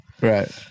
Right